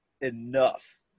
enough